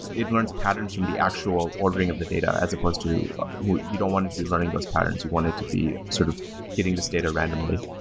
it it learns patterns from the actual ordering of the data as opposed to you don't want it to be learning those patterns. you want it to be sort of getting this data randomly